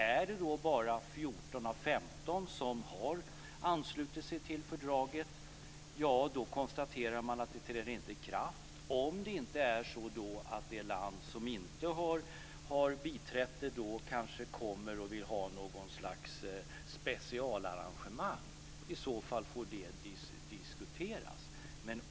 Är det då bara 14 av 15 länder som har anslutit sig till fördraget träder det inte i kraft, om det inte är så att det land som inte har biträtt det kommer och vill ha något slags specialarrangemang. I så fall får det diskuteras.